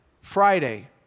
Friday